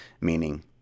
meaning